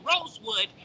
Rosewood